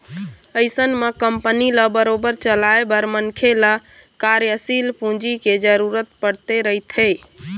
अइसन म कंपनी ल बरोबर चलाए बर मनखे ल कार्यसील पूंजी के जरुरत पड़ते रहिथे